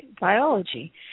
biology